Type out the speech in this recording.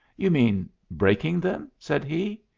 you mean breaking them? said he.